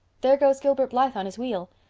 there goes gilbert blythe on his wheel.